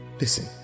listen